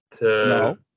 No